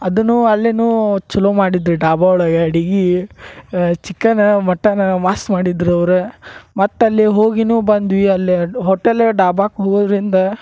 ಅದನೂ ಅಲ್ಲಿನೂ ಛಲೋ ಮಾಡಿದ್ರ ಡಾಬಾ ಒಳಗೆ ಅಡಿಗಿ ಚಿಕನ ಮಟನ ಮಸ್ತ್ ಮಾಡಿದ್ರವರ ಮತ್ತಲ್ಲಿ ಹೋಗಿನೂ ಬಂದ್ವಿ ಅಲ್ಲಿ ಹೋಟೆಲ್ಲ ಡಾಬಾಕ ಹೋಗುದರಿಂದ